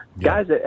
Guys